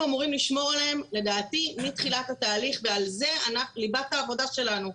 אנחנו אמורים לשמור עליהם מתחילת התהליך וזו ליבת העבודה שלנו.